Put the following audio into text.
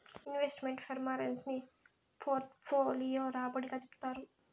invest meant performance ని portfolio రాబడి గా చెప్తారు